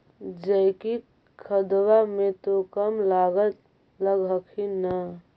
जैकिक खदबा मे तो कम लागत लग हखिन न?